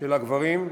של הגברים,